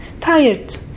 tired